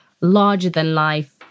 larger-than-life